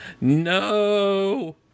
no